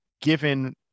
given